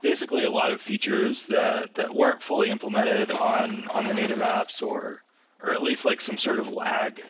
basically, a lot of features that that weren't fully implemented on on the native apps or or at least like some sort of lag